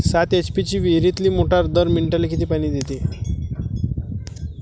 सात एच.पी ची विहिरीतली मोटार दर मिनटाले किती पानी देते?